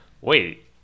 wait